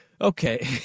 Okay